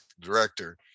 director